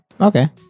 Okay